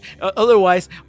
otherwise